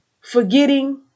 Forgetting